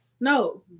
no